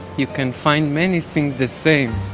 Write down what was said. you can find many things the same.